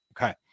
okay